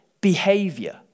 behavior